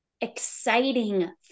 exciting